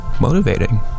motivating